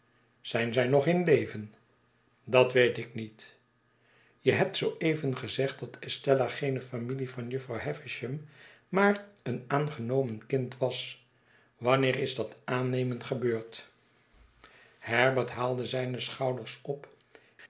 zijn zij nog in leven dat weet ik niet je hebt zoo even gezegd dat estella geene familie van jufvrouw havisham maar eenaangenomen kind was wanneer is dat aannemen gebeurd herbert haalde zijne schouders op